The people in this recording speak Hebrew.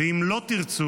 "ואם לא תרצו,